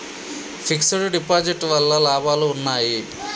Fix డ్ deposit వల్ల లాభాలు ఉన్నాయి?